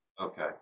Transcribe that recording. okay